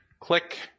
Click